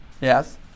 Yes